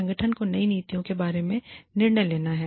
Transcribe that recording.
संगठन को इन नीतियों के बारे में निर्णय लेना है